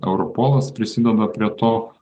europolas prisideda prie to